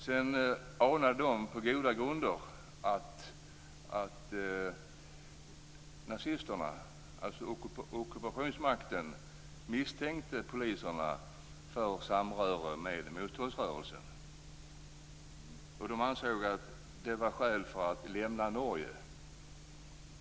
Sedan anade de på goda grunder att ockupationsmakten misstänkte dem för samröre med motståndsrörelsen. De ansåg att det var skäl nog att lämna Norge.